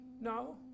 No